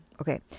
Okay